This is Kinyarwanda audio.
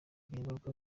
n’ingaruka